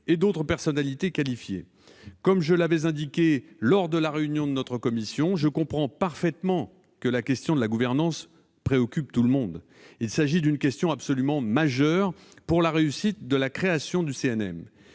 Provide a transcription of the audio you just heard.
et d'autres personnalités qualifiées. Comme je l'ai indiqué en commission, je comprends parfaitement que la question de la gouvernance préoccupe tout le monde. Elle est absolument majeure pour la réussite de la création du CNM.